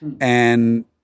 And-